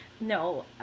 no